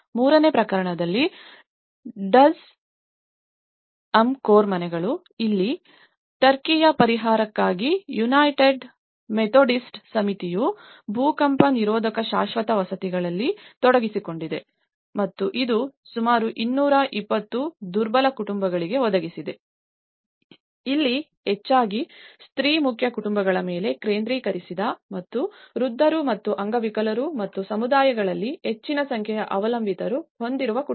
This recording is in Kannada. ಮೂರನೇ ಪ್ರಕರಣದಲ್ಲಿ Duzce UMCOR ಮನೆಗಳು ಇಲ್ಲಿ ಟರ್ಕಿಯ ಪರಿಹಾರಕ್ಕಾಗಿ ಯುನೈಟೆಡ್ ಮೆಥೋಡಿಸ್ಟ್ ಸಮಿತಿಯು ಭೂಕಂಪ ನಿರೋಧಕ ಶಾಶ್ವತ ವಸತಿಗಳಲ್ಲಿ ತೊಡಗಿಸಿಕೊಂಡಿದೆ ಮತ್ತು ಇದು ಸುಮಾರು 220 ದುರ್ಬಲ ಕುಟುಂಬಗಳಿಗೆ ಒದಗಿಸಿದೆ ಮತ್ತು ಇಲ್ಲಿ ಹೆಚ್ಚಾಗಿ ಸ್ತ್ರೀ ಮುಖ್ಯ ಕುಟುಂಬಗಳ ಮೇಲೆ ಕೇಂದ್ರೀಕರಿಸಿದೆ ಮತ್ತು ವೃದ್ಧರು ಮತ್ತು ಅಂಗವಿಕಲರು ಮತ್ತು ಸಮುದಾಯಗಳಲ್ಲಿ ಹೆಚ್ಚಿನ ಸಂಖ್ಯೆಯ ಅವಲಂಬಿತರನ್ನು ಹೊಂದಿರುವ ಕುಟುಂಬಗಳು